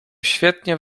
świetnie